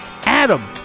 Adam